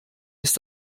ist